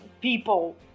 people